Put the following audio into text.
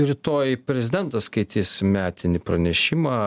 rytoj prezidentas skaitys metinį pranešimą